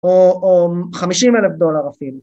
‫או 50 אלף דולר אפילו.